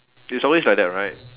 it's always like that right